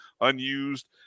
unused